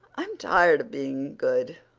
i'm tired of being good.